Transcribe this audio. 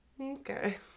Okay